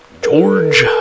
George